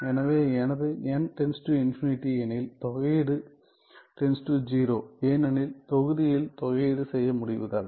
எனவே எனது n →∞ எனில் தொகையீடு → 0 ஏனெனில் தொகுதியில் தொகையீடு செய்ய முடிவதால்